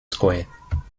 square